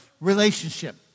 relationship